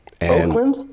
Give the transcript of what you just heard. Oakland